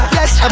Yes